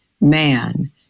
Man